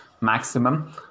maximum